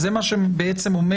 זה מה שאומר בעצם,